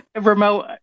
Remote